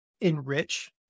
enrich